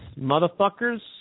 motherfuckers